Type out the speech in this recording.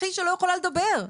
הכי שלא יכולה לדבר.